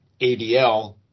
ADL